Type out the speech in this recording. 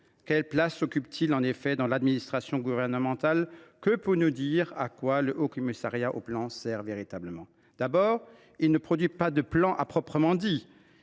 Quelle place occupe t il en effet dans l’administration gouvernementale ? Qui peut nous dire à quoi le Haut Commissariat au plan sert véritablement ? D’abord, il ne produit pas de plan à proprement